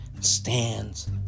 stands